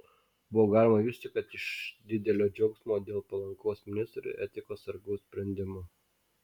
buvo galima justi kad iš didelio džiaugsmo dėl palankaus ministrui etikos sargų sprendimo